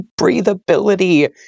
breathability